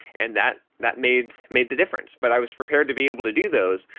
and that that made made the difference, but i was prepared to be able to do those.